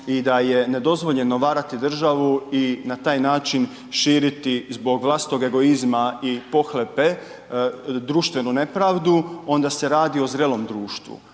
i da je nedozvoljeno varati državu i na taj način širiti zbog vlastitog egoizma i pohlepe društvenu nepravdu onda se radi o zrelom društvu,